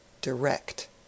direct